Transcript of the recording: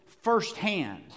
firsthand